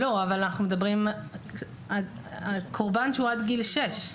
אנחנו מדברים על קורבן שהוא עד גיל שש.